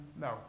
no